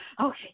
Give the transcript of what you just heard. okay